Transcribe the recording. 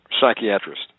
psychiatrist